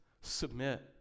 submit